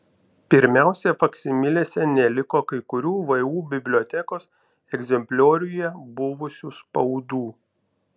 pirmiausia faksimilėse neliko kai kurių vu bibliotekos egzemplioriuje buvusių spaudų